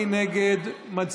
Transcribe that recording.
מי נגד?